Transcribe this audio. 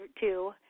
two